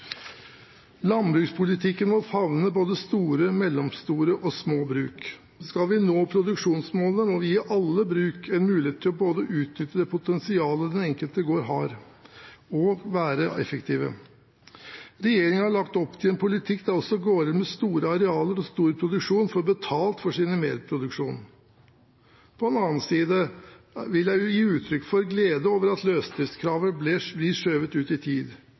Landbrukspolitikken må favne både store, mellomstore og små bruk. Skal vi nå produksjonsmålet, må vi gi alle bruk en mulighet til å utvikle potensialet den enkelte gård har, og være effektive. Regjeringen har lagt opp til en politikk der også gårder med store arealer og stor produksjon får betalt for sin merproduksjon. På den annen side vil jeg gi uttrykk for glede over at løsdriftskravet blir skjøvet ut i tid.